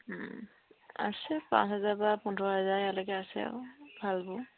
আছে পাঁচ হাজাৰ পা পোন্ধৰ হাজাৰ এয়ালৈকে আছে আৰু ভালবোৰ